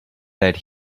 that